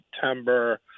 September